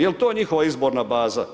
Jel to njihova izborna baza?